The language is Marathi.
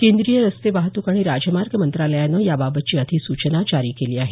केंद्रीय रस्ते वाहतूक आणि राजमार्ग मंत्रालयानं याबाबतची अधिसूचना जारी केली आहे